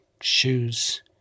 shoes